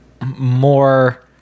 more